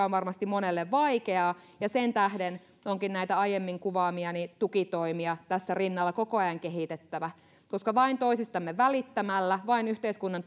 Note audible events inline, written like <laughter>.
<unintelligible> on varmasti monelle vaikeaa ja sen tähden onkin näitä aiemmin kuvaamiani tukitoimia tässä rinnalla koko ajan kehitettävä koska vain toisistamme välittämällä vain yhteiskunnan <unintelligible>